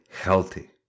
healthy